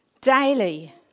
Daily